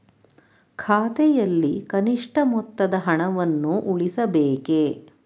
ಖಾತೆಯಲ್ಲಿ ಕನಿಷ್ಠ ಮೊತ್ತದ ಹಣವನ್ನು ಉಳಿಸಬೇಕೇ?